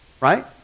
right